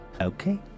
Okay